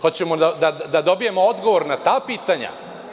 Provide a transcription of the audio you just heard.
Hoćemo da dobijemo odgovor na ta pitanja.